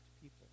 people